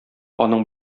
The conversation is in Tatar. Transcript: аның